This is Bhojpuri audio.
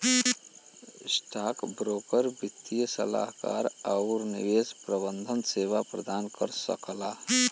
स्टॉकब्रोकर वित्तीय सलाहकार आउर निवेश प्रबंधन सेवा प्रदान कर सकला